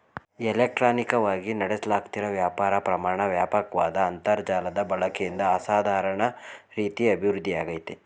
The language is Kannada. ಇಲೆಕ್ಟ್ರಾನಿಕವಾಗಿ ನಡೆಸ್ಲಾಗ್ತಿರೋ ವ್ಯಾಪಾರ ಪ್ರಮಾಣ ವ್ಯಾಪಕ್ವಾದ ಅಂತರ್ಜಾಲದ ಬಳಕೆಯಿಂದ ಅಸಾಧಾರಣ ರೀತಿ ಅಭಿವೃದ್ಧಿಯಾಗಯ್ತೆ